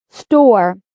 store